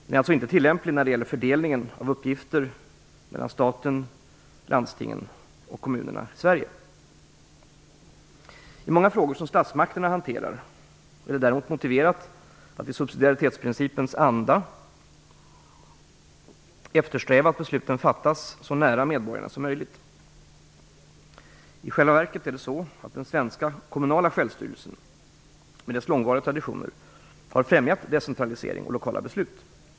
Den är alltså inte tilllämplig när det gäller fördelningen av uppgifter mellan staten, landstingen och kommunerna i Sverige. I många frågor som statsmakterna hanterar är det däremot motiverat att i subsidiaritetsprincipens anda eftersträva att besluten fattas så nära medborgarna som möjligt. I själva verket är det så, att den svenska kommunala självstyrelsen med dess långvariga traditioner har främjat decentralisering och lokala beslut.